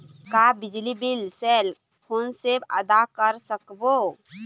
का बिजली bill cell phone से आदा कर सकबो?